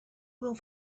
will